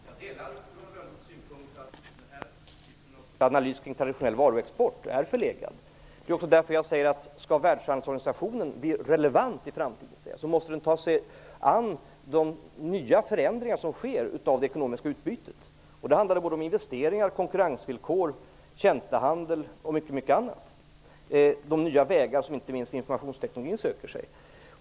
Fru talman! Jag delar Johan Lönnroths synpunkt att den här analysen kring traditionell varuexport är förlegad. Det är också därför som jag säger att om världshandelsorganisationen skall bli relevant i framtiden måste den ta sig an de nya förändringar som sker i det ekonomiska utbytet. Det handlar om investeringar, konkurrensvillkor, tjänstehandel och mycket annat samt inte minst de nya vägar som informationstekniken söker sig.